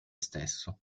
stesso